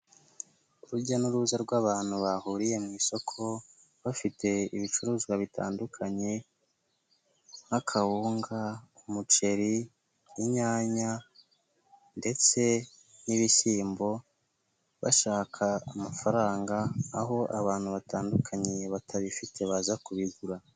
Urujya n'uruza rw'abantu bahuriye mu isoko bafite ibicuruzwa bitandukanye nk'akawunga, umuceri, inyanya ndetse n'ibishyimbo bashaka amafaranga, aho abantu batandukanye batabifite baza kubigura.